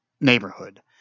neighborhood